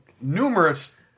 numerous